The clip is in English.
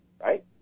right